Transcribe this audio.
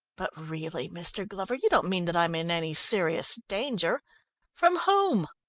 but really, mr. glover, you don't mean that i am in any serious danger from whom?